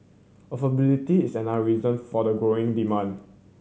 affordability is another reason for the green demand